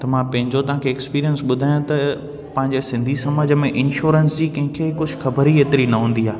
त मां पंहिंजो तव्हांखे एक्सपीरियंस ॿुधायां त पंहिंजे सिंधी समाज में इंश्योरेंस जी कंहिंखे कुझु ख़बर ई न हेतिरी हूंदी आहे